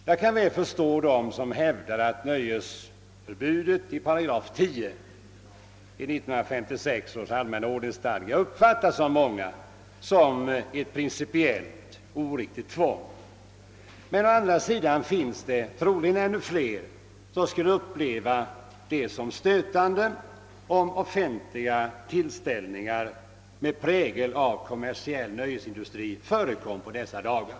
Jag kan väl förstå dem som hävdar att nöjesförbudet i 10 § i 1956 års allmänna ordningsstadga av många uppfattas som ett privcipiellt oriktigt tvång. Men å andra sidan finns det troligen ännu fler som skulle uppleva det som stötande, om offentliga tillställningar med prägel av kommersiell nöjesindustri förekommer på dessa dagar.